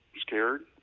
scared